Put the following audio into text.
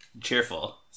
cheerful